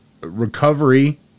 recovery